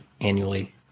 annually